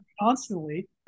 constantly